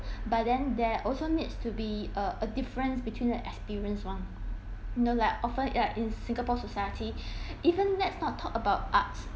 but then there also needs to be a a difference between the experienced one know like often ya in singapore society even let's not talk about arts